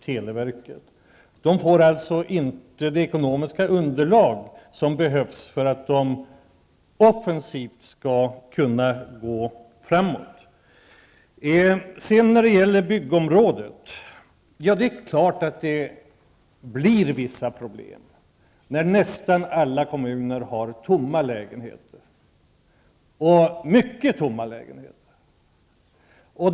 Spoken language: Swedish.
Televerket får alltså inte det ekonomiska underlag som behövs för att offensivt kunna gå framåt. Sedan till byggområdet. Det är klart att det blir vissa problem, när nästan alla kommuner har tomma lägenheter, och många tomma lägenheter.